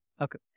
Okay